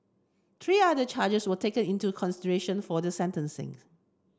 three other charges were taken into consideration for the sentencing